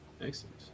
excellent